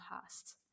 past